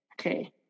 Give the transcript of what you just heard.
okay